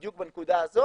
בדיוק בנקודה הזאת,